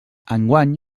enguany